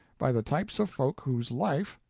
by the types of folk whose life,